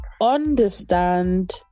understand